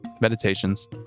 meditations